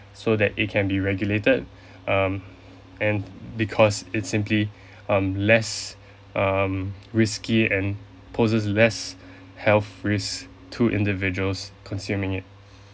so that it can be regulated um and because it's simply um less um risky and poses less health risk to individuals consuming it